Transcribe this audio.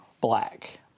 black